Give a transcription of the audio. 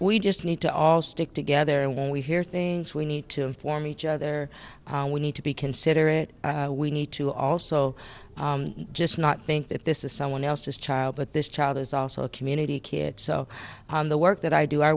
we just need to all stick together and we hear things we need to inform each other we need to be considerate we need to also just not think that this is someone else's child but this child is also a community kid so the work that i do